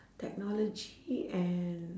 technology and